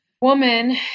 woman